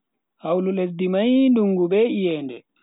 Hawlu lesdi mai dungu be iyende.